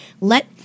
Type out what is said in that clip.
Let